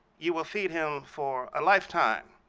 you will feed him for a lifetime.